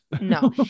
No